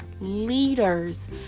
leaders